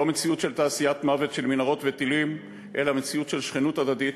לא מציאות של תעשיית מוות של מנהרות וטילים אלא מציאות של שכנות הדדית,